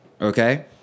okay